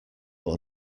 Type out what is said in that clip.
but